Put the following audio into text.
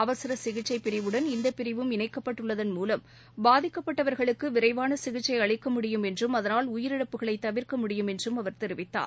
அவசர சிகிச்சைப் பிரிவுடன் இந்தப் பிரிவும் இணைக்கப்பட்டுள்ளதன் மூலம் பாதிக்கப்பட்டவர்களுக்கு விரைவான சிகிச்சை அளிக்க முடியும் என்றும் அதனால் உயிரிழப்புகளை தவிரிக்க முடியும் என்றும் அவர் தெரிவித்தார்